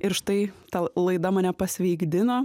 ir štai ta laida mane pasveikdino